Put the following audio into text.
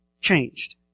changed